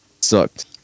Sucked